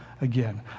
again